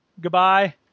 Goodbye